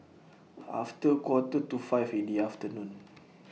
after A Quarter to five in The afternoon